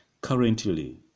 Currently